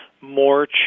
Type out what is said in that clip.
more